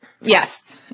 Yes